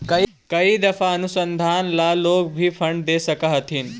कई दफा अनुसंधान ला लोग भी फंडस दे सकअ हथीन